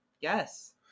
Yes